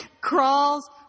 crawls